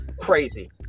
crazy